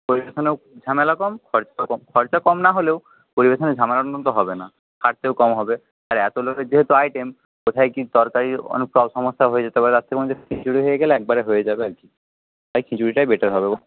পরিবেশনেও ঝামেলা কম খরচাও কম খরচা কম না হলেও পরিবেশনের ঝামেলাগুলো কিন্তু হবে না খাটতেও কম হবে আর এত লোকের যেহেতু আইটেম কোথায় কি তরকারি অনেক সমস্যা হয়ে যেতে পারে তার চেয়ে বরঞ্চ খিচুড়ি হয়ে গেলে একেবারে হয়ে যাবে আরকি তাই খিচুড়িটাই বেটার হবে